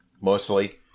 mostly